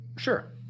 Sure